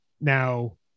Now